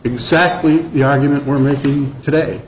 exactly the argument we're making today